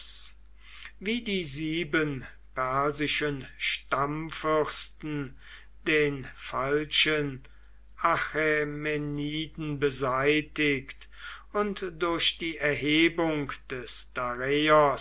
wie die sieben persischen stammfürsten den falschen achämeniden beseitigt und durch die erhebung des